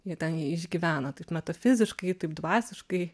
jie ten jį išgyvena taip metafiziškai taip dvasiškai